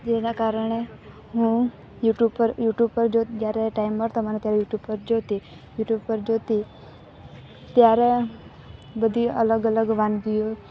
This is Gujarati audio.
જેના કારણે હું યુટુબ યુટુબ પર જોતી જ્યારે ટાઈમ મળતો મને ત્યારે યુટુંબ જોતી યુટુબ પર જોતી ત્યારે બધી અલગ અલગ વાનગીઓ